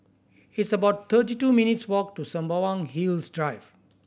it's about thirty two minutes' walk to Sembawang Hills Drive